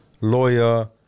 lawyer